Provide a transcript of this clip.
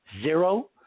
zero